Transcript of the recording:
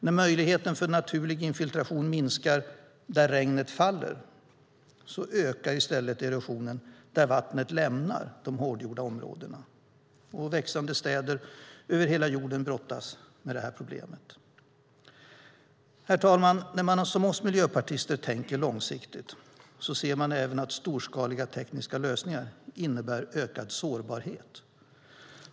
När möjligheten för naturlig infiltration minskar där regnet faller ökar i stället erosionen där vattnet lämnar de hårdgjorda områdena. Växande städer över hela jorden brottas med detta problem. Herr talman! När man som vi miljöpartister tänker långsiktigt ser man även att storskaliga tekniska lösningar innebär ökad sårbarhet.